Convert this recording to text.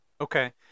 Okay